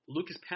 Lucas